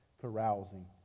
carousing